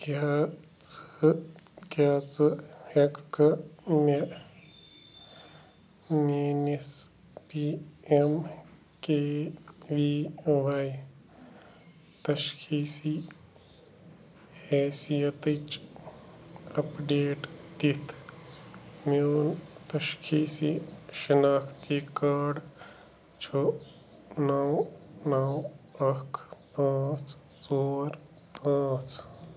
کیٛاہ ژٕ کیٛاہ ژٕ ہٮ۪کھکہٕ مےٚ میٛٲنِس P M K V Y تشخیصی حیثیتٕچ اَپڈیٹ دِتھ میون تشخیصی شِناختی کارڈ چھُ نو نو اکھ پانٛژھ ژور پانٛژھ